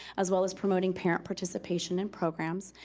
as well as promoting parent participation in programs,